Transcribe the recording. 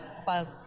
Club